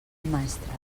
maestrat